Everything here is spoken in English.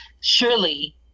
surely